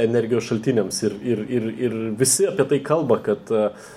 energijos šaltiniams ir ir ir ir visi apie tai kalba kad